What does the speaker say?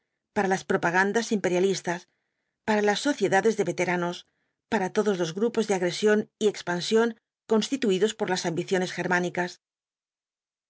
para las propagandas imperialistas para las sociedades de veteranos para todos los grupos de agresión y expansión constituidos por las ambiciones germánicas